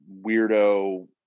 weirdo